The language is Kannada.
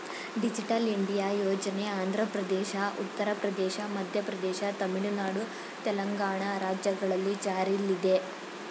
ಡಿಜಿಟಲ್ ಇಂಡಿಯಾ ಯೋಜನೆ ಆಂಧ್ರಪ್ರದೇಶ, ಉತ್ತರ ಪ್ರದೇಶ, ಮಧ್ಯಪ್ರದೇಶ, ತಮಿಳುನಾಡು, ತೆಲಂಗಾಣ ರಾಜ್ಯಗಳಲ್ಲಿ ಜಾರಿಲ್ಲಿದೆ